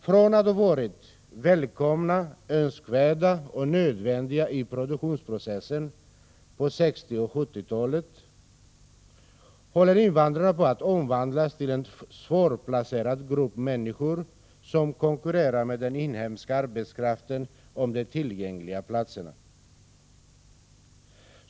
Från att ha varit välkomna, önskvärda och nödvändiga i produktionsprocessen på 1960 och 1970-talen håller invandrarna på att omvandlas till en svårplacerad grupp människor som konkurrerar med den inhemska arbetskraften om de tillgängliga platserna.